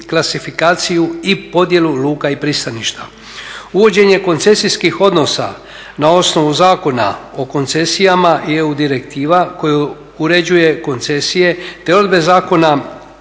klasifikaciju i podjelu luka i pristaništa. Uvođenje koncesijskih odnosa na osnovu Zakona o koncesijama i EU direktiva koja uređuje koncesije te odredbe Zakona